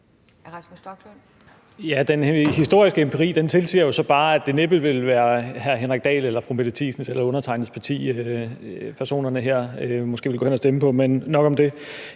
Den historiske empiri tilsiger jo så bare, at det næppe vil være hr. Henrik Dahls parti eller fru Mette Thiesens parti eller undertegnedes parti, personerne her vil gå hen og stemme på, men nok om det.